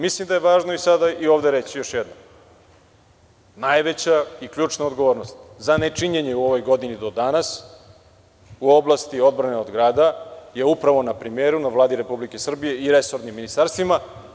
Mislim da je važno sada reći još jednom, najveća i ključna odgovornost za nečinjenje u ovoj godini do danas u oblasti odbrane od grada je upravo na premijeru, na Vladi Republike Srbije i na resornim ministarstvima.